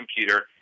computer